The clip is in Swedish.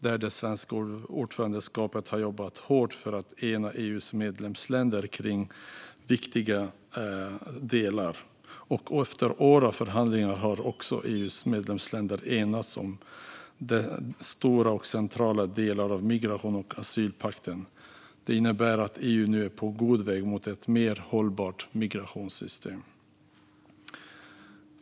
Det svenska ordförandeskapet har jobbat hårt för att ena EU:s medlemsländer kring viktiga delar, och efter år av förhandlingar har EU:s medlemsländer enats om stora och centrala delar av migrations och asylpakten. Detta innebär att EU nu är på god väg mot ett mer hållbart migrationssystem.